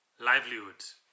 livelihoods